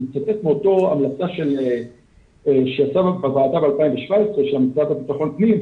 אני מצטט מההמלצה שהייתה בוועדה ב-2017,של המשרד לבטחון פנים,